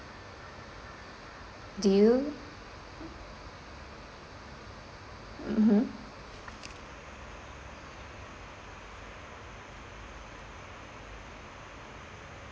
do you mmhmm